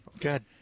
Good